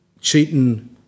Cheating